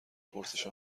پرسش